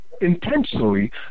Intentionally